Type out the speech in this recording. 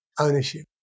ownership